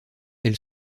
elle